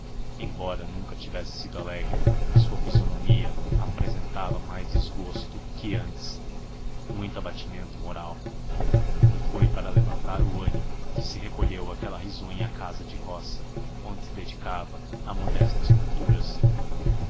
embora nunca tivesse sido alegre a sua fisionomia apresentava mais desgosto que antes muito abatimento moral e foi para levantar o ânimo que se recolheu àquela risonha casa de roça onde se dedicava a modestas culturas